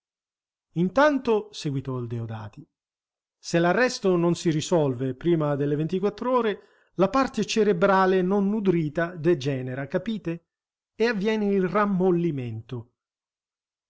intanto seguitò il deodati se l'arresto non si risolve prima delle ventiquattr'ore la parte cerebrale non nudrita degenera capite e avviene il rammollimento